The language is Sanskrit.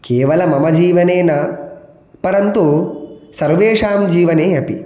केवल मम जीवने न परन्तु सर्वेषां जीवने अपि